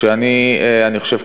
שאני, אני חושב כמוך,